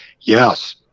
Yes